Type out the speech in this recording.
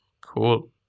Cool